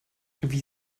wie